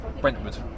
Brentwood